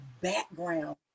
background